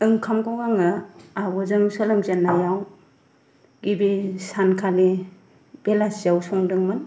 ओंखामखौ आङो आब'जों सोलोंजेननायाव गिबि सानखालि बेलासियाव संदोंमोन